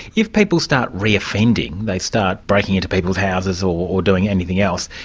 if people start re-offending, they start breaking into people's houses or doing anything else,